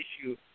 issue